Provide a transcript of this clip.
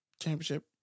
Championship